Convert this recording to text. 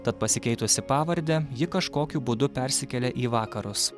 tad pasikeitusi pavardę ji kažkokiu būdu persikėlė į vakarus